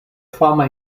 fama